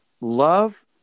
Love